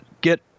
get